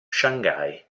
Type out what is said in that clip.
shanghai